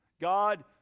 God